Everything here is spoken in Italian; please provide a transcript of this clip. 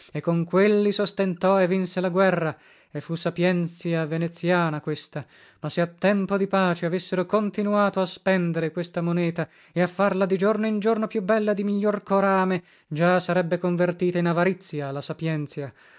e con quelli sostentò e vinse la guerra e fu sapienzia veneziana questa ma se a tempo di pace avessero continuato a spendere questa moneta e a farla di giorno in giorno più bella e di miglior corame già sarebbe convertita in avarizia la sapienzia